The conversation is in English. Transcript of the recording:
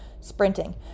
sprinting